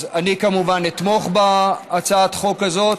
אז אני כמובן אתמוך בהצעת החוק הזאת,